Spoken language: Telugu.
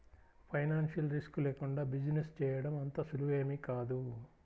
ఫైనాన్షియల్ రిస్క్ లేకుండా బిజినెస్ చేయడం అంత సులువేమీ కాదు